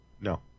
No